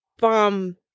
bomb